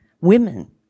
Women